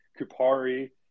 Kupari